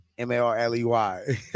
M-A-R-L-E-Y